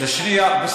בבקשה.